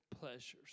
pleasures